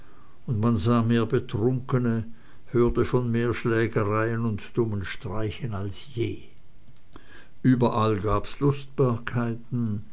und man sah mehr betrunkene hörte von mehr schlägereien und dummen streichen als je überall gab's